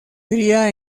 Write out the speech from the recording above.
cría